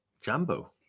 jambo